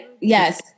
Yes